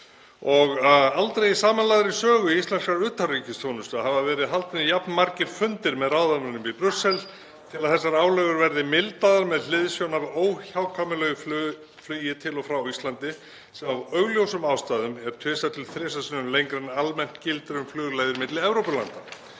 og aldrei í samanlagðri sögu íslenskrar utanríkisþjónustu hafa verið haldnir jafn margir fundir með ráðamönnum í Brussel til að þessar álögur verði mildaðar með hliðsjón af óhjákvæmilegu flugi til og frá Íslandi, sem af augljósum ástæðum er tvisvar til þrisvar sinnum lengra en almennt gildir um flugleiðir milli Evrópulanda.